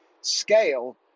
scale